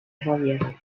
karriere